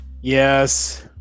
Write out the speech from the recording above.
Yes